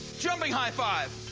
jumping high five!